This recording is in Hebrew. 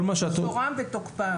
בתוקפם.